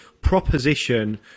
proposition